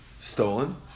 stolen